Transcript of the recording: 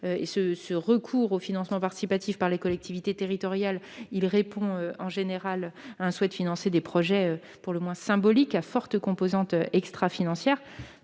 Le recours au financement participatif par les collectivités territoriales répond, en général, au souhait de financer des projets symboliques, à forte composante extrafinancière.